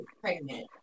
pregnant